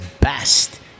best